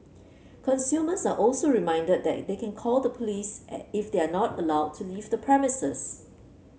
consumers are also reminded that they can call the police if they are not allowed to leave the premises